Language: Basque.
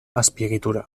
azpiegitura